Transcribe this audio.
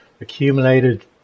accumulated